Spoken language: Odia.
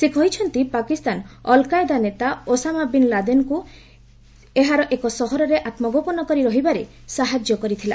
ସେ କହିଛନ୍ତି ପାକିସ୍ତାନ ଅଲ୍ କଏଦା ନେତା ଓସାମା ବିନ୍ ଲାଦେନ୍କୁ ଏହାର ଏକ ସହରରେ ଆତ୍କଗୋପନ କରି ରହିବାରେ ସାହାଯ୍ୟ କରିଥିଲା